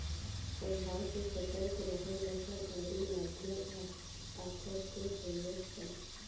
स्वभाव से सतर्क रहेले सन अउरी मध्यम आकर के होले सन